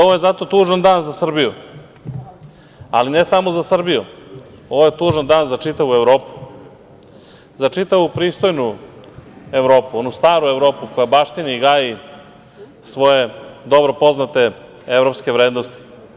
Ovo je zato tužan dan za Srbiju, ali ne samo za Srbiju, ovo je tužan dan za čitavu Evropu, za čitavu pristojnu Evropu, onu staru Evropu koja baštini i gaji svoje dobro poznate evropske vrednosti.